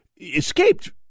escaped